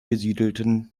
besiedelten